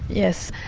yes,